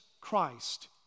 Christ